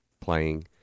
playing